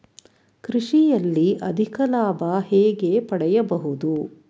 ಕೃಷಿಯಲ್ಲಿ ಅಧಿಕ ಲಾಭ ಹೇಗೆ ಪಡೆಯಬಹುದು?